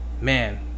man